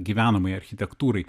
gyvenamajai architektūrai